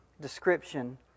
description